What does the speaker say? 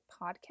podcast